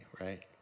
right